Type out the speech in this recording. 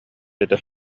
этэ